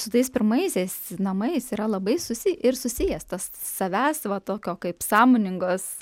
su tais pirmaisiais namais yra labai susi ir susijęs tas savęs va tokio kaip sąmoningos